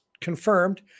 confirmed